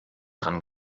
dran